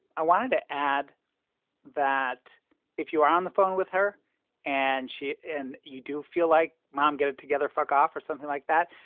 i wanted to add that if you are on the phone with her and she and you do feel like mom, get it together, fuck off or something like that.